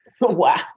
Wow